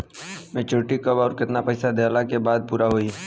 Maturity कब आउर केतना पईसा देहला के बाद पूरा होई?